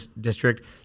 district